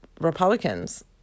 Republicans